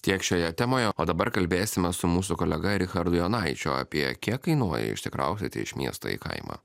tiek šioje temoje o dabar kalbėsime su mūsų kolega richardu jonaičiu apie kiek kainuoja išsikraustyti iš miesto į kaimą